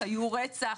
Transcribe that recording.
רצח,